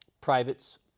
privates